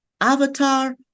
avatar